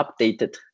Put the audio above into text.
updated